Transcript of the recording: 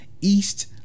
East